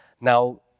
Now